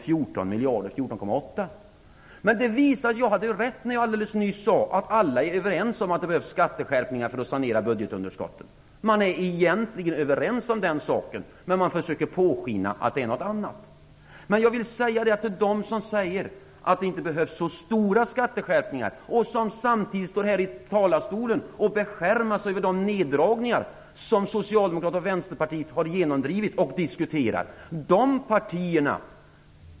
Det visar att jag hade rätt när jag alldeles nyss sade att alla är överens om att det behövs skatteskärpningar för att sanera budgetunderskottet. Man är egentligen överens om den saken, men man försöker påskina något annat. Vissa ledamöter säger att det inte behövs så stora skatteskärpningar och står samtidigt här i talarstolen och beskärmar sig över de neddragningar som Socialdemokraterna och Vänsterpartiet har genomdrivit och diskuterat.